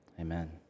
amen